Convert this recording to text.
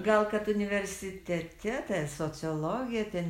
gal kad universitete ta sociologija ten